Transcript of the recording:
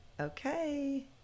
okay